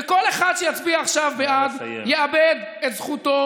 וכל אחד שיצביע עכשיו בעד יאבד את זכותו